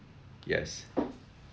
yes